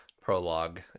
prologue